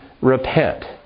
repent